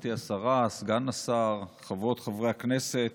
גברתי השרה, סגן השר, חברות וחברי הכנסת,